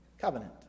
Covenant